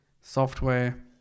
software